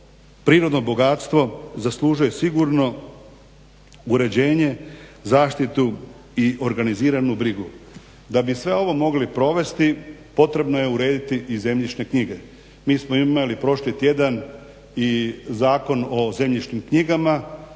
prirodno bogatstvo zaslužuje sigurno uređenje, zaštitu i organiziranu brigu. Da bi sve ovo mogli provesti potrebno je urediti i zemljišne knjige. Mi smo imali prošli tjedan i Zakon o zemljišnim knjigama